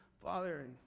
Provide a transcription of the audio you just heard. Father